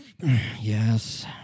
Yes